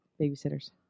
babysitters